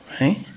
right